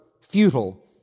futile